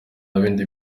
bindi